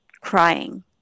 crying